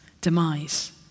demise